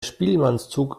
spielmannszug